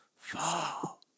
fall